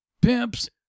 pimps